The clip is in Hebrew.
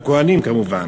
לכוהנים כמובן.